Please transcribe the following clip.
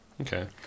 Okay